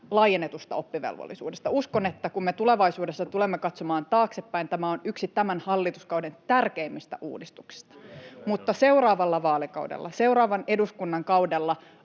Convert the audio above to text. laajennetusta oppivelvollisuudesta. Uskon, että kun me tulevaisuudessa tulemme katsomaan taaksepäin, tämä on yksi tämän hallituskauden tärkeimmistä uudistuksista. [Vasemmalta: Kyllä! — Jukka